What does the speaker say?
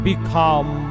Become